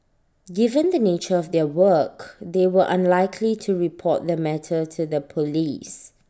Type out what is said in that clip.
given the nature of their work they were unlikely to report the matter to the Police